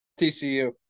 TCU